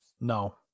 no